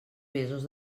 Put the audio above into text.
mesos